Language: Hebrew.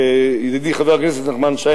ידידי חבר הכנסת נחמן שי.